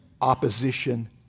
opposition